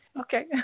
Okay